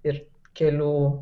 ir kelių